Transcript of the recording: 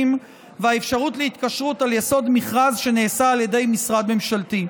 והאפשרות להתקשרות על יסוד מכרז שנעשה על ידי משרד ממשלתי.